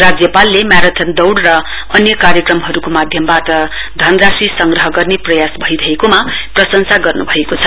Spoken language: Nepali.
राज्यपालले म्याराथान दौड र अन्य कार्यक्रमहरूको माध्यमबाट धनराशि संग्रह गर्ने प्रयास भइरहेकोमा प्रशंसा गर्नु भएको छ